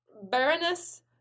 Baroness